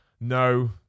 No